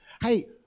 Hey